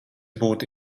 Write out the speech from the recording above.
būs